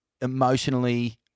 emotionally